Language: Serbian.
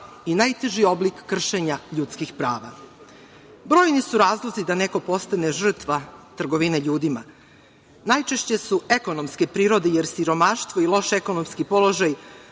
i najteži oblik kršenja ljudskih prava. Brojni su razlozi da neko postane žrtva trgovine ljudima. Najčešće su ekonomske prirode, jer siromaštvo i loš ekonomski položaj